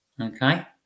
okay